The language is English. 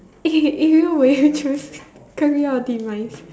eh if you will you choose career or demise